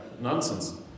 nonsense